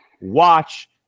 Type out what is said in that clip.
watch